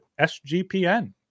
SGPN